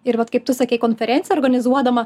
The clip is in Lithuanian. ir vat kaip tu sakei konferenciją organizuodama